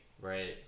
Right